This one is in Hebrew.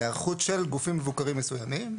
היערכות של גופים מבוקרים מסוימים,